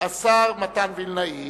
השר מתן וילנאי.